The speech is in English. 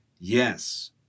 Yes